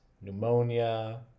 pneumonia